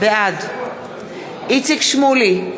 בעד איציק שמולי,